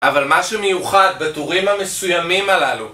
אבל משהו מיוחד בטורים המסוימים הללו